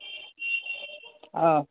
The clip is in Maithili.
हँ